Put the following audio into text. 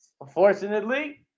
unfortunately